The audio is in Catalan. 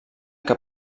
que